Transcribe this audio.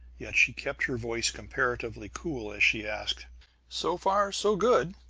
yet she kept her voice comparatively cool as she asked so far, so good.